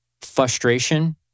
frustration